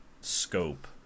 scope